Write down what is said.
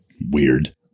weird